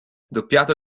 doppiato